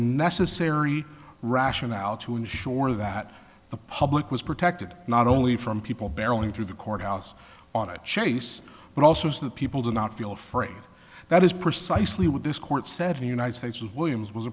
necessary rationale to ensure that the public was protected not only from people barreling through the courthouse on a chase but also so that people do not feel afraid that is precisely what this court said and united states williams was